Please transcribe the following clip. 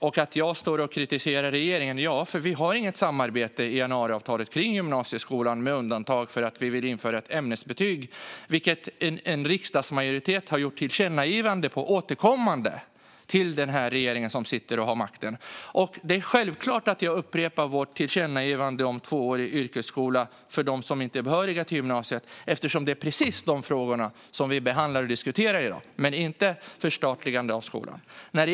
När det gäller att jag kritiserar regeringen kan jag säga att det inte finns något samarbete i januariavtalet om gymnasieskolan, med undantag för att vi vill införa ämnesbetyg. Det har också en riksdagsmajoritet gjort återkommande tillkännagivanden till den här regeringen om. Jag påminner självklart om vårt tillkännagivande om tvåårig yrkesskola för dem som inte är behöriga till gymnasiet. Det är precis de frågorna vi behandlar och diskuterar i dag, inte ett förstatligande av skolan.